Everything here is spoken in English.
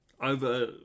Over